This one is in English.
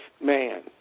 man